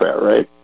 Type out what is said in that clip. right